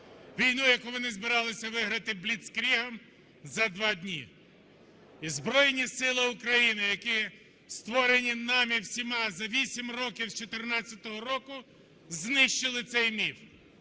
війну, яку вони збиралися виграти бліцкригом за два дні. І Збройні Сили України, які створені нами всіма за 8 років, з 2014 року, знищили цей міф.